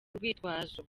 urwitwazo